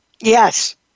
Yes